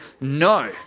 no